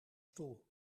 stoel